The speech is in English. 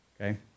Okay